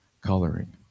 coloring